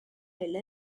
elle